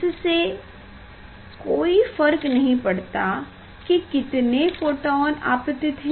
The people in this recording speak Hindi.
इससे कोई फर्क नहीं पड़ता की कितने फोटोन आपतीत हैं